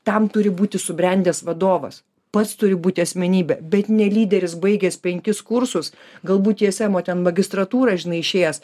tam turi būti subrendęs vadovas pats turi būti asmenybė bet ne lyderis baigęs penkis kursus galbūt ismo magistratūrą žinai išėjęs